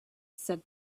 said